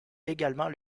également